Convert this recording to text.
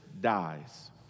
dies